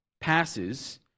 passes